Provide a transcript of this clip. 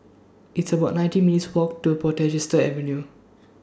It's about nineteen minutes' Walk to Portchester Avenue